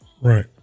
Right